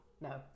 No